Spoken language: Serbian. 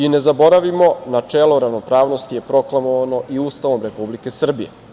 Ne zaboravimo, načelo ravnopravnosti je proklamovano i Ustavom Republike Srbije.